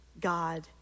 God